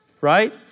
right